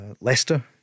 Leicester